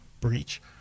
breach